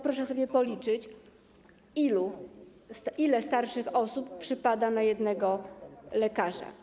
Proszę sobie policzyć, ile starszych osób przypada na jednego lekarza.